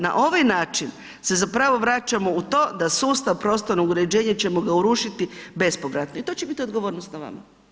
Na ovaj način se zapravo vraćamo u to da sustav prostornog uređenja ćemo ga urušiti bespovratno i to će biti odgovornost na vama.